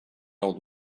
old